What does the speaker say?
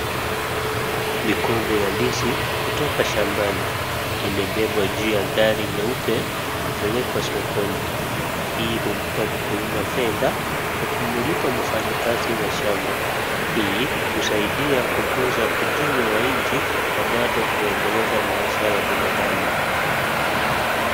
Mikungu ya ndizi kutoka shambani imebebwa juu ya gari nyeupe kupelekwa sokoni, hii humpa mkulima fedha na kumlipa wafanyikazi wa shamba. Hii husaidia kuguza uchumi wa nchi na bado kuendeleza maisha ya mwanadamu.